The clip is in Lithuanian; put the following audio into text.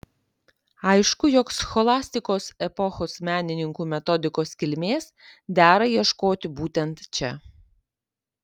aišku jog scholastikos epochos menininkų metodikos kilmės dera ieškoti būtent čia